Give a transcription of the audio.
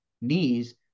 knees